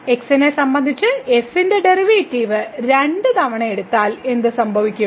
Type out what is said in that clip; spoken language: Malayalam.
x നെ സംബന്ധിച്ച് f ന്റെ ഡെറിവേറ്റീവ് രണ്ട് തവണ എടുത്താൽ എന്ത് സംഭവിക്കും